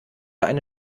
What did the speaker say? eine